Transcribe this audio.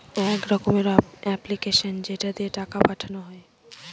এক রকমের এপ্লিকেশান যেটা দিয়ে টাকা পাঠানো হয়